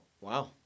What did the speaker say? Wow